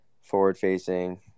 forward-facing